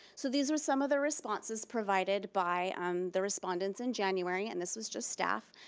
so these are some of the responses provided by um the respondents in january, and this was just staff,